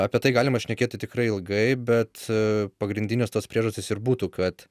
apie tai galima šnekėti tikrai ilgai bet pagrindinės tos priežastys ir būtų kad